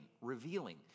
revealing